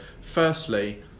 Firstly